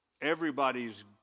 everybody's